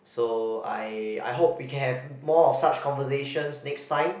so I I hope we can have more of such conversations next time